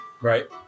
Right